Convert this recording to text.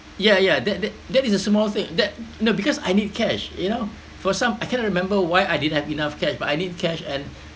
ya ya that that that is small thing that no because I need cash you know for some I cannot remember why I didn't have enough cash but I need cash and